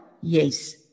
yes